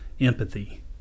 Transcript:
empathy